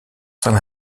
saint